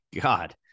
god